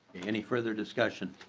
any further discussion?